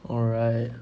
alright